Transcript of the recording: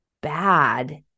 bad